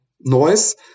noise